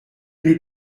nous